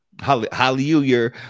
hallelujah